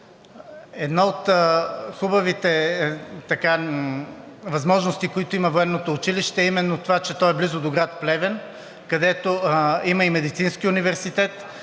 Една от хубавите възможности, което има Военното училище, е именно това, че то е близо до град Плевен, където има и Медицински университет.